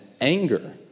anger